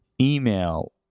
email